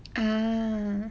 oh